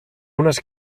unes